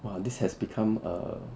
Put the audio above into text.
!wah! this has become a